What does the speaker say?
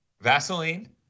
Vaseline